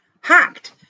hacked